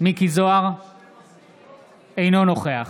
אינו נוכח